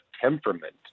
temperament